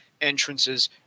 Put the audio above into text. entrances